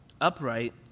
Upright